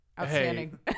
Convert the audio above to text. outstanding